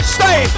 Stay